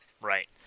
Right